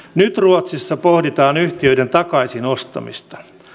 nyt ruotsissa pohditaan yhtiöiden takaisinostamista